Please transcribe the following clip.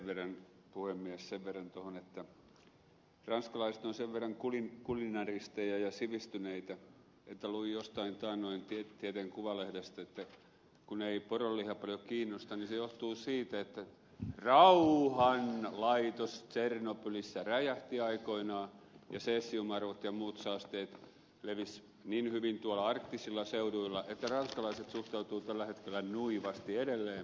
sen verran tuohon että ranskalaiset ovat sen verran kulinaristeja ja sivistyneitä luin taannoin jostain tieteen kuvalehdestä että kun ei poronliha paljon kiinnosta niin se johtuu siitä että rauhanlaitos tsernobylissä räjähti aikoinaan ja cesium arvot ja muut saasteet levisivät niin hyvin tuolla arktisilla seuduilla että ranskalaiset suhtautuvat tällä hetkellä nuivasti edelleen poronlihaan